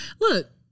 look